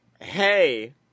hey